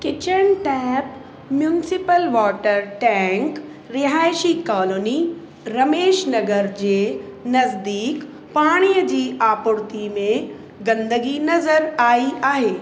kitchen tap municipal water tank रिहाइशी colony Ramesh Nagar जे नज़दीकु पाणीअ जी आपूर्ती में गंदिगी नज़र आई आहे